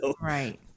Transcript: Right